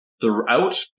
throughout